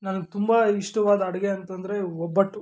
ನನಗೆ ತುಂಬ ಇಷ್ಟವಾದ ಅಡುಗೆ ಅಂತಂದರೆ ಒಬ್ಬಟ್ಟು